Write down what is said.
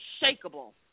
unshakable